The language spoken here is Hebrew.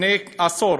לפני עשור.